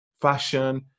fashion